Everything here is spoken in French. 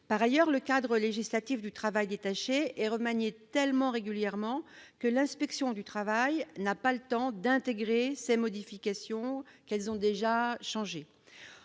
Par ailleurs, le cadre législatif du travail détaché est remanié tellement régulièrement que l'inspection du travail n'a pas le temps d'intégrer ces modifications que ces dernières ont déjà changé.